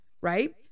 Right